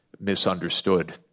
misunderstood